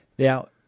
Now